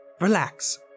relax